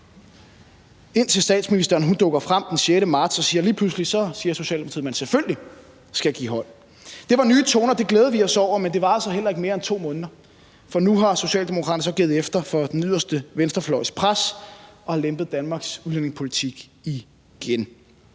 indtil statsministeren dukker frem den 6. marts, hvorefter Socialdemokratiet lige pludselig siger, at man selvfølgelig skal give hånd. Det var nye toner, og det glædede vi os over, men det varede altså heller ikke mere end 2 måneder, for nu har Socialdemokraterne så givet efter for den yderste venstrefløjs pres og har lempet Danmarks udlændingepolitik igen.